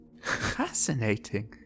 Fascinating